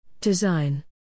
Design